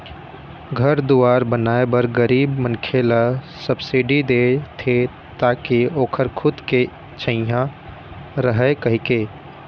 घर दुवार बनाए बर गरीब मनखे ल सब्सिडी देथे ताकि ओखर खुद के छइहाँ रहय कहिके